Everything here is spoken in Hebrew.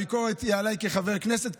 הביקורת תהיה עליי כחבר כנסת,